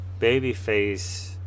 Babyface